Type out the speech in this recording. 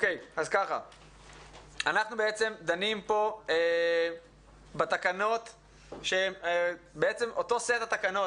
אנחנו דנים פה בתקנות שהם בעצם אותו סט התקנות,